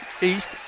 East